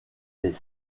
des